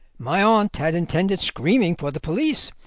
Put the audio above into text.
my aunt had intended screaming for the police,